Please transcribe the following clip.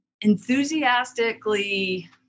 enthusiastically